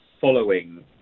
following